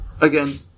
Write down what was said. again